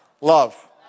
Love